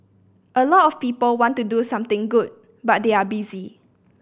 a lot of people want to do something good but they are busy